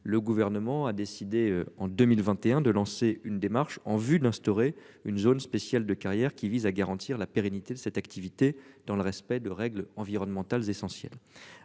le gouvernement a décidé en 2021 de lancer une démarche en vue d'instaurer une zone spéciale de carrière qui vise à garantir la pérennité de cette activité dans le respect de règles environnementales essentielles